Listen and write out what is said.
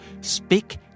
Speak